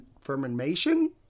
fermentation